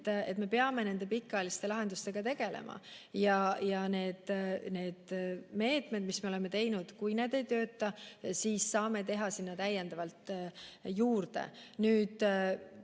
Me peame nende pikaajaliste lahendustega tegelema. Kui need meetmed, mis me oleme teinud, ei tööta, siis saame teha sinna täiendavalt juurde. Nüüd